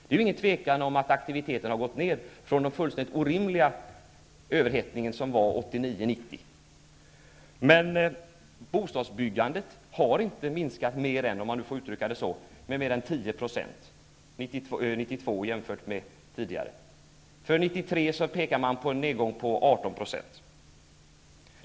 Det är inget tvivel om att aktiviteten har gått ned, från den fullständigt orimliga överhettningen 1989-1990, men bostadsbyggandet har inte minskat med mer än -- om jag får uttrycka det så -- 10 % under 1992 jämfört med tidigare. För 1993 pekar man på en nedgång med 18 %.